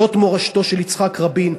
זאת מורשתו של יצחק רבין.